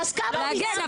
להגן,